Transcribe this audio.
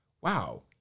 Wow